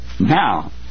Now